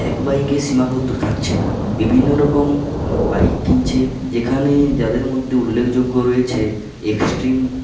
এক বাইকে সীমাবদ্ধ থাকছে না বিভিন্নরকম বাইক কিনছে যেখানে যাদের মধ্যে উল্লেখযোগ্য রয়েছে এক্সট্রিম